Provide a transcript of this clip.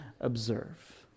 observe